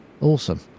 Awesome